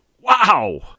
Wow